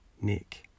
Nick